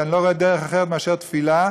אני לא רואה דרך אחרת מאשר תפילה,